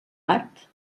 art